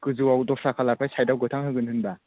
गोजौवाव दस्रा खालार ओमफ्राय साइदाव गोथां होगोन होमबा